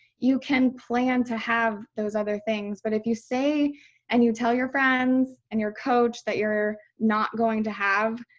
you can plan to have those other things. but if you say and you tell your friends and your coach that you're not going to have,